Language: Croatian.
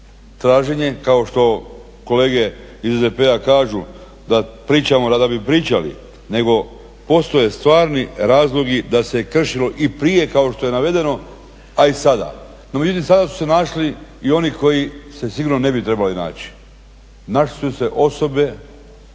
traženje kao što kolege iz SDP-a kažu da pričamo da bi pričali nego postoje stvarni razlozi da se kršilo i prije kao što je navedeno, a i sada. No međutim sada su se našli i oni koji se sigurno ne bi trebali naći. Našle su se osobe